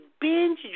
binge